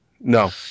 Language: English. no